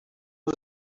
was